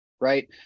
right